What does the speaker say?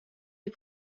des